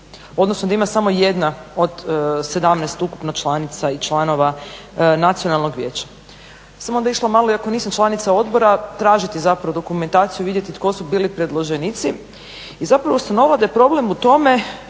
odnosno da ima samo jedna od 17 ukupno članica i članova Nacionalnog vijeća. Ja sam onda išla malo iako nisam članica odbora tražiti zapravo dokumentaciju, vidjeti tko su bili predloženici i zapravo ustanovit da je problem u tome,